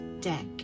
deck